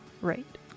Right